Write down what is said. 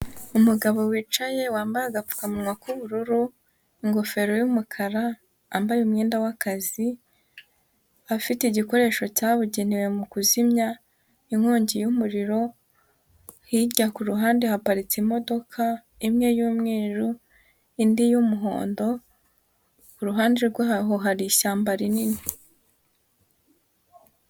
Umugabo wicaye wambaye agapfukamunwa k'ubururu, ingofero y'umukara, wambaye umwenda w'akazi, afite igikoresho cyabugenewe mu kuzimya inkongi y'umuriro, hirya ku ruhande haparitse imodoka imwe y'umweru, indi y'umuhondo, iruhande rwaho hari ishyamba rinini.